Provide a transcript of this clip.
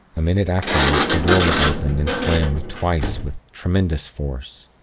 a minute afterward, the door was opened and slammed twice with tremendous force.